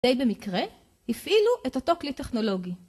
די במקרה, הפעילו את אותו כלי טכנולוגי.